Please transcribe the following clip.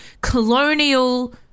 colonial